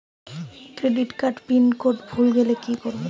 Credit কার্ডের PIN code ভুলে গেলে কি করব?